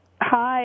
Hi